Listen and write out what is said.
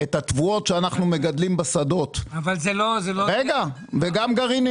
את התבואות שאנחנו מגדלים בשדות וגם גרעינים.